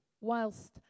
whilst